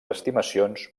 estimacions